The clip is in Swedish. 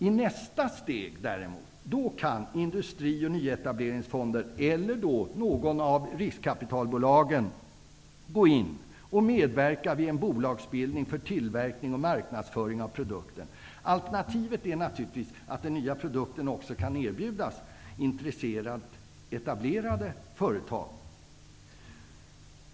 I nästa steg kan Industri och nyetableringsfonden eller något av riskkapitalbolagen medverka vid en bolagsbildning för tillverkning och marknadsföring av produkten. Alternativet är naturligtvis att den nya produkten också kan erbjudas intresserade, redan etablerade, företag.